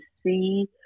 see